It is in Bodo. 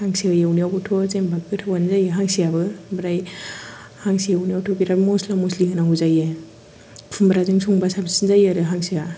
हांसो एवनायावबोथ' जेनेबा गोथावानो जायो हांसोआबो ओमफ्राय हांसो एवनायावथ' बिराद मस्ला मस्लि होनांगौ जायो खुमब्राजों संब्ला साबसिन जायो आरो हांसोआ